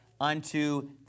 unto